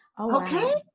Okay